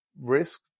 risk